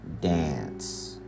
dance